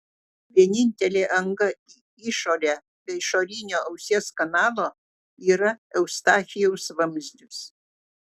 vienintelė anga į išorę be išorinio ausies kanalo yra eustachijaus vamzdis